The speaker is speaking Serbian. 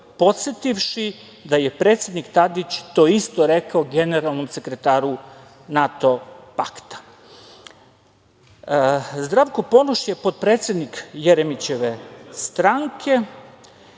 podsetivši da je predsednik Tadić to isto rekao generalnom sekretaru NATO pakta. Zdravko Ponoš je potpredsednik Jeremićeve stranke